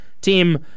team